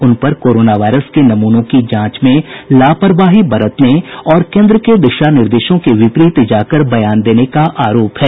उनपर corona virus के नमूनों की जांच में लापरवाही बरतने और केन्द्र के दिशा निर्देशों के विपरीत जाकर बयान देने का आरोप है